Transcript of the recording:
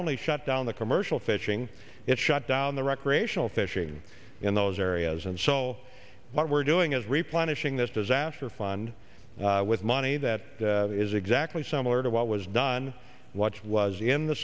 only shut down the commercial fishing it shut down the recreational fishing in those areas and so what we're doing is replenishing this disaster fund with money that is exactly similar to what was done watch was in the